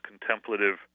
contemplative